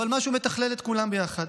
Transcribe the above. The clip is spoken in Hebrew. אבל משהו שמתכלל את כולם ביחד.